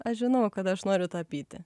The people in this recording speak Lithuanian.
aš žinojau kad aš noriu tapyti